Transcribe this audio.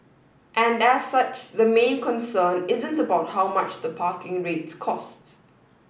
and as such the main concern isn't about how much the parking rates cost